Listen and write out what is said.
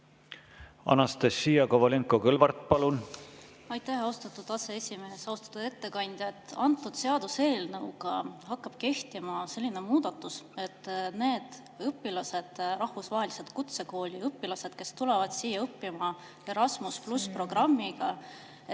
Anastassia Kovalenko-Kõlvart, palun! Aitäh, austatud aseesimees! Austatud ettekandja! Antud seaduseelnõuga hakkab kehtima selline muudatus, et neile õpilastele, rahvusvaheliste kutsekoolide õpilastele, kes tulevad siia õppima Erasmus+ programmiga,